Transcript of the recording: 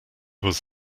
was